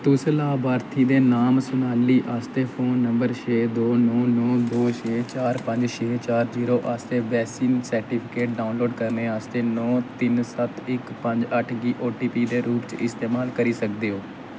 तुस लाभार्थी दे नांऽ सुनाली आस्तै फोन नंबर छे दो नौ नौ दो छे चार पंज छे चार जीरो आस्तै वैक्सीन सर्टिफिकेट डाउनलोड करने आस्तै नो तिन्न सत्त इक पंज अट्ठ गी ओ टी पी दे रूप च इस्तेमाल करी सकदे ओ